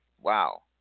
wow